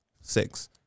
Six